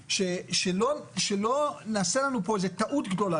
שלא נעשה כאן איזו טעות גדולה.